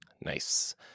nice